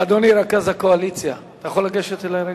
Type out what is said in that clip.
אדוני רכז הקואליציה, אתה יכול לגשת אלי רגע?